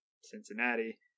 Cincinnati